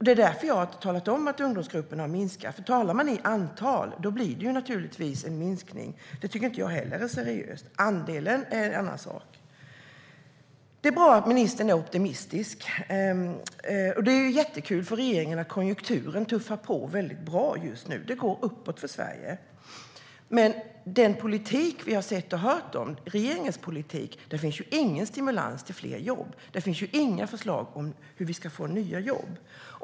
Det är därför jag har talat om att ungdomsgruppen har minskat, för om man talar i antal blir det naturligtvis en minskning. Jag tycker inte att det är seriöst att säga så. Andelen är en annan sak. Det är bra att ministern är optimistisk. Och det är jättekul för regeringen att konjunkturen tuffar på bra just nu. Det går uppåt för Sverige. Men i den politik vi har sett och hört - regeringens politik - finns det ingen stimulans till fler jobb. Där finns inga förslag på hur vi ska få nya jobb.